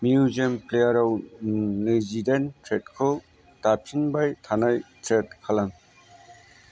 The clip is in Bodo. मिउजिक प्लेयाराव नैजिदाइन ट्रेकखौ दामफिनबाय थानाय सेट खालाम